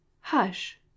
hush